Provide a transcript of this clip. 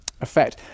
effect